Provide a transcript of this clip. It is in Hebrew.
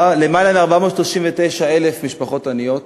למעלה מ-439,000 משפחות עניות,